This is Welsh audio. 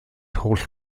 holl